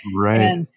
Right